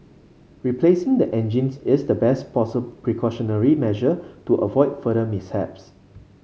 replacing the engines is the best precautionary measure to avoid further mishaps